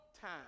time